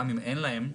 גם אם אין להם,